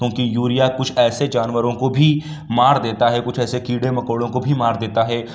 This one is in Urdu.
کیوںکہ یوریا کچھ ایسے جانوروں کو بھی مار دیتا ہے کچھ ایسے کیڑے مکوڑوں کو بھی مار دیتا ہے